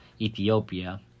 ethiopia